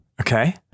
Okay